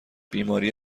بیماری